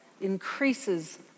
increases